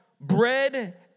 bread